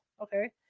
okay